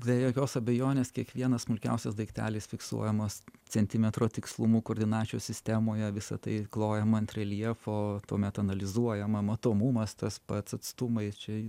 be jokios abejonės kiekvienas smulkiausias daiktelis fiksuojamas centimetro tikslumu koordinačių sistemoje visa tai klojama ant reljefo tuomet analizuojama matomumas tas pats atstumai čia